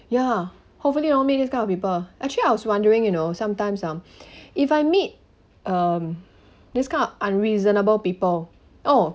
ya hopefully I won't meet this kind of people actually I was wondering you know sometimes um if I meet um this kind of unreasonable people oh